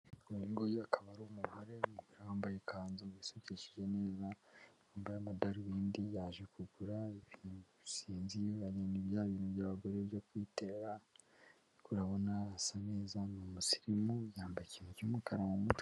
Uyu ngo uyu akaba ari umugore wambaye ikanzu yisukishije neza b y'amadarubindi yaje kugura ibintu sinzi iyo na bya bintu by'abagore byo kwi urabona asa neza ni umusirimu yambara ikintu cy'umukara.